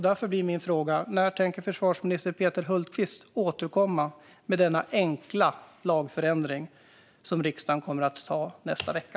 Därför blir min fråga: När tänker försvarsminister Peter Hultqvist återkomma med denna enkla lagförändring som riksdagen kommer att besluta om nästa vecka?